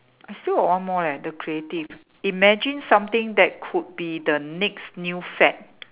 I still got one more leh the creative imagine something that could be the next new fad